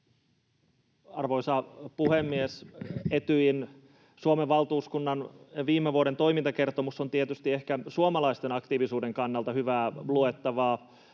Arvoisa puhemies! Etyjin Suomen valtuuskunnan viime vuoden toimintakertomus on tietysti ehkä suomalaisten aktiivisuuden kannalta hyvää luettavaa.